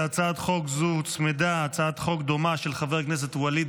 להצעת החוק הוצמדה הצעת חוק דומה של חבר הכנסת ואליד